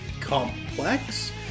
complex